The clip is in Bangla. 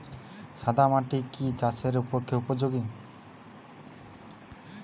সাদা মাটি কি চাষের পক্ষে উপযোগী?